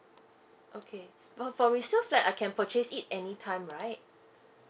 okay but for reserve like I can purchase it any time right